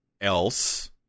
else